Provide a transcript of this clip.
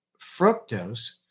fructose